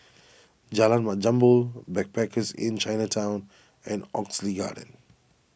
Jalan Mat Jambol Backpackers Inn Chinatown and Oxley Garden